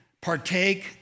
partake